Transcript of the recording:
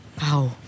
Wow